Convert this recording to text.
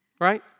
right